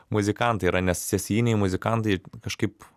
muzikantai yra nes sesijiniai muzikantai kažkaip